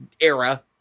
era